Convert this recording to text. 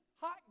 hot